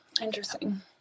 Interesting